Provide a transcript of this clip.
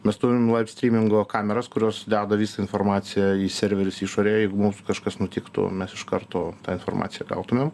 mes turim laifstrymingo kameras kurios deda visą informaciją į serverius išorėje jeigu mums kažkas nutiktų mes iš karto tą informaciją gautumėm